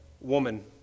woman